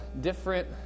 different